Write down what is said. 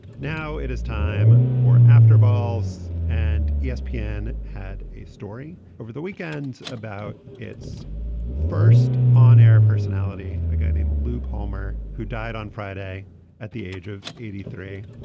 now it is time for after balls and yeah espn yeah had a story over the weekend about its first on air personality a guy named lupe homer who died on friday at the age of eighty three.